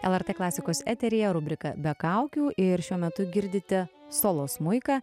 lrt klasikos eteryje rubrika be kaukių ir šiuo metu girdite solo smuiką